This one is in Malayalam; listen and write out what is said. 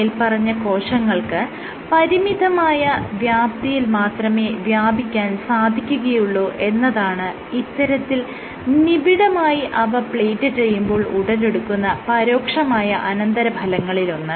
മേല്പറഞ്ഞ കോശങ്ങൾക്ക് പരിമിതമായ വ്യാപ്തിയിൽ മാത്രമേ വ്യാപിക്കാൻ സാധിക്കുകയുള്ളൂ എന്നതാണ് ഇത്തരത്തിൽ നിബിഡമായി അവ പ്ലേറ്റ് ചെയ്യുമ്പോൾ ഉടലെടുക്കുന്ന പരോക്ഷമായ അനന്തരഫലങ്ങളിലൊന്ന്